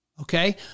Okay